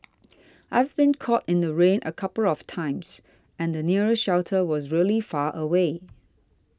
I've been caught in the rain a couple of times and the nearest shelter was really far away